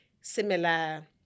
similar